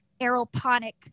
aeroponic